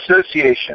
Association